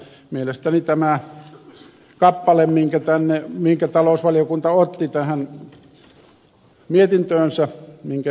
mielestäni tämä kappale minkä talousvaliokunta otti tähän mietintöönsä minkä ed